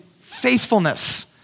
faithfulness